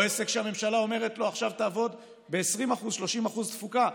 או עסק שהממשלה אומרת לו: עכשיו תעבוד ב-20% 30% תפוקה,